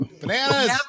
Bananas